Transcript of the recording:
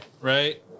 right